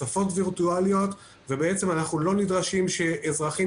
כספות וירטואליות ואנחנו לא נדרשים שאזרחים